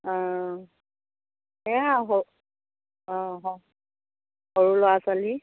অঁ সেয়া আৰু অঁ সৰু ল'ৰা ছোৱালী